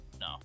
No